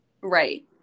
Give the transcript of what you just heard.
Right